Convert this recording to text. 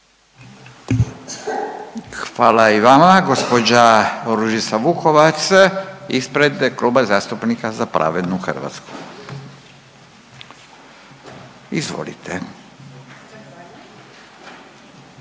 Hvala i vama. Gospođa Ružica Vukovac ispred Klub zastupnika Za pravednu Hrvatsku. Izvolite.